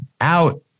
out